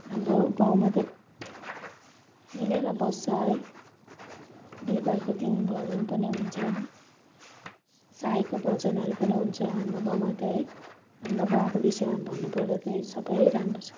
हाम्रो गाउँमा चाहिँ मिलेर बस्छ है बिहिवारको दिन भजन पनि हुन्छ साईको भजनहरू पनि हुन्छ हाम्रो गाउँमा चाहिँ है भन्नुपर्दा चाहिँ सबै राम्रो छ